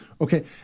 Okay